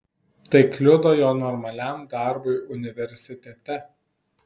tai kliudo jo normaliam darbui universitete